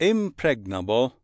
Impregnable